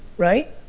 right.